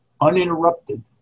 uninterrupted